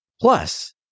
Plus